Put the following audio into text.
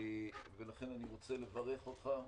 לכן אני מברך אותך.